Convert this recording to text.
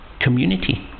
community